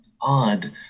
odd